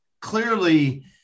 clearly